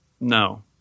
No